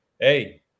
hey